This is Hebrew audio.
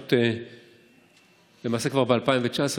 פשוט למעשה כבר ב-2019,